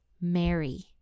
Mary